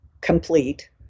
complete